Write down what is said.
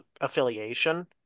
affiliation